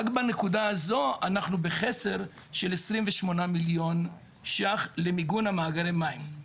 רק בנקודה הזאת אנחנו בחסר של 28,000,000 למיגון מאגרי המים.